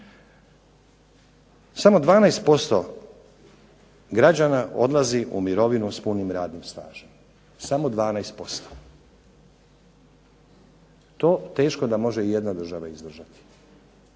Samo 12% građana odlazi u mirovinu s punim radnim stažom. Samo 12%. To teško da može ijedna država izdržati.